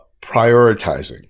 prioritizing